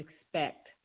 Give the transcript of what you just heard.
expect